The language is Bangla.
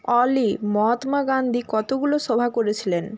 অলি মহাত্মা গান্ধী কতগুলো সভা করেছিলেন